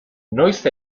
noiz